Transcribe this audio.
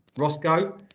roscoe